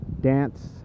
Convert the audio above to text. Dance